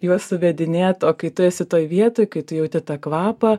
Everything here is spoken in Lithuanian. juos suvedinėt o kai tu esi toj vietoj kai tu jauti tą kvapą